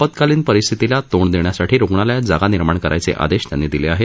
आपत्कालीन परिस्थितीला तोंड देण्यासाठी रुग्णालयात जागा निर्माण करायचे आदेश त्यांनी दिले आहेत